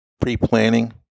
pre-planning